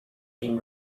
been